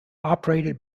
operated